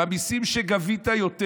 במיסים שגבית יותר.